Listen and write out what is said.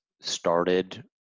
started